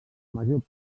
major